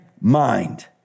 mind